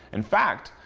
in fact,